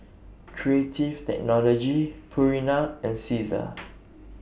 Creative Technology Purina and Cesar